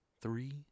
three